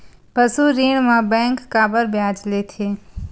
पशु ऋण म बैंक काबर ब्याज लेथे?